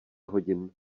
hodin